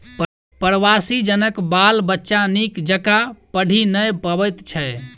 प्रवासी जनक बाल बच्चा नीक जकाँ पढ़ि नै पबैत छै